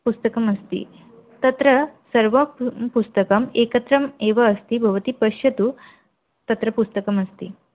पुस्तकमस्ति तत्र सर्वपु पुस्तकम् एकत्र एव अस्ति भवती पश्यतु तत्र पुस्तकमस्ति